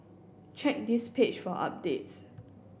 check this page for updates